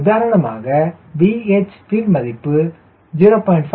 உதாரணமாக VH வின் மதிப்பு 0